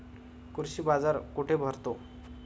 कृषी बाजार कुठे भरतो?